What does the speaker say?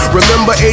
Remember